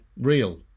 real